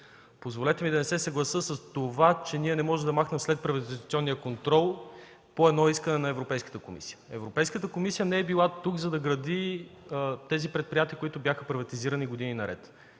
Позволете ми да не се съглася с това, че ние да можем да махнем следприватизационния контрол по едно искане на Европейската комисия. Европейската комисия не е била тук, за да гради тези предприятия, които бяха приватизирани години наред.